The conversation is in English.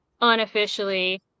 unofficially